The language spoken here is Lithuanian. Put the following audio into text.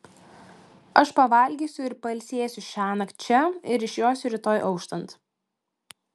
aš pavalgysiu ir pailsėsiu šiąnakt čia ir išjosiu rytoj auštant